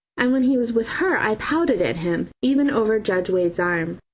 and when he was with her i pouted at him, even over judge wade's arm.